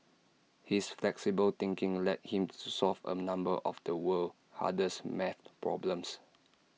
his flexible thinking led him to solve A number of the world's hardest math problems